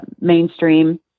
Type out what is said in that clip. mainstream